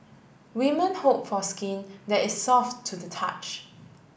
women hope for skin that is soft to the touch